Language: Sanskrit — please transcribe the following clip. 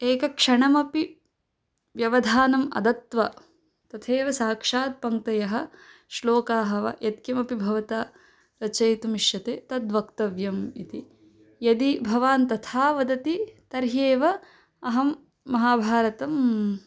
एकक्षणमपि व्यवधानम् अदत्वा तथैव साक्षात् पङ्क्तयः श्लोकाः वा यत्किमपि भवता रचयितुम् इष्यते तद्वक्तव्यम् इति यदि भवान् तथा वदति तर्हि एव अहं महाभारतम्